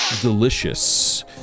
delicious